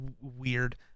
weird